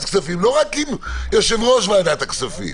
הכספים לא רק עם יושב-ראש ועדת הכספים?